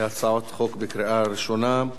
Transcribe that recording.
להצעות חוק בקריאה ראשונה,